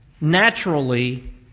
naturally